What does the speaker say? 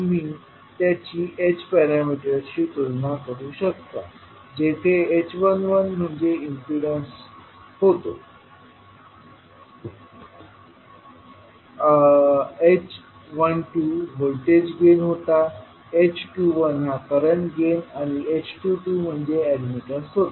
तुम्ही त्यांची h पॅरामीटर्सशी तुलना करू शकता जेथे h11म्हणजे इम्पीडन्स होता h12व्होल्टेज गेन होता h21हा करंट गेन आणि h22 म्हणजे एडमिटन्स होता